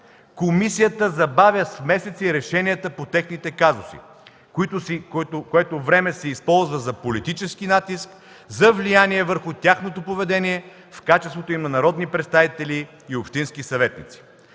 Комисията забавя с месеци решенията по техните казуси, което време се използва за политически натиск, за влияние върху тяхното поведение в качеството им на народни представители и общински съветници.